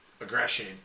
aggression